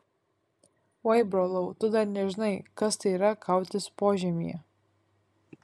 oi brolau tu dar nežinai kas tai yra kautis požemyje